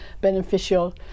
beneficial